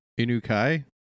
Inukai